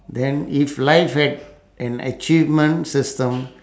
then if life had an achievement system